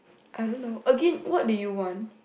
I don't know again what do you want